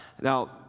Now